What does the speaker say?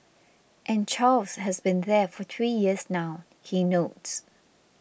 and Charles has been there for three years now he notes